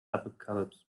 apocalypse